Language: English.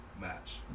match